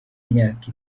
imyaka